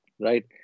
right